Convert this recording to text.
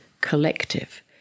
collective